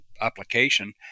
application